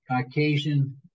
Caucasian